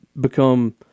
become